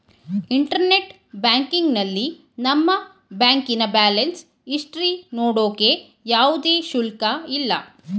internet ಬ್ಯಾಂಕಿಂಗ್ನಲ್ಲಿ ನಮ್ಮ ಬ್ಯಾಂಕಿನ ಬ್ಯಾಲೆನ್ಸ್ ಇಸ್ಟರಿ ನೋಡೋಕೆ ಯಾವುದೇ ಶುಲ್ಕ ಇಲ್ಲ